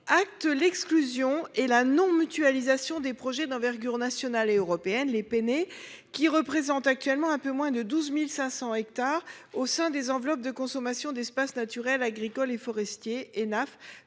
acte l’exclusion et la non mutualisation des projets d’envergure nationale ou européenne, qui représentent actuellement un peu moins de 12 500 hectares, au sein des enveloppes de consommation d’espaces naturels, agricoles et forestiers